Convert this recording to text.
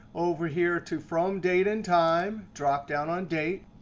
over here to from date and time, drop down on date,